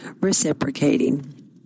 reciprocating